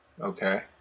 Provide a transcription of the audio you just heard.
Okay